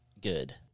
good